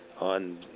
on